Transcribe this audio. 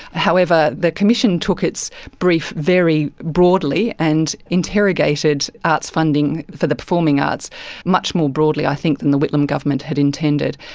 however, the commission took its brief very broadly, and interrogated arts funding for the performing arts much more broadly i think than the whitlam government had intended.